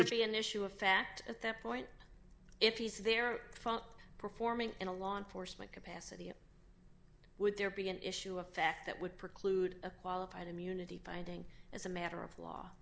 be an issue of fact at that point if he's there performing in a law enforcement capacity would there be an issue effect that would preclude a qualified immunity finding as a matter of law